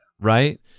right